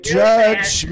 judge